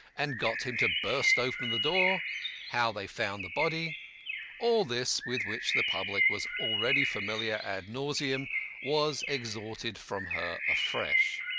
and got him to burst open the door how they found the body all this with which the public was already familiar ad nauseam was extorted from her afresh.